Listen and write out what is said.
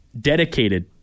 dedicated